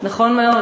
נכון מאוד.